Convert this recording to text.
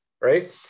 right